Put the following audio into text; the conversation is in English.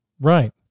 Right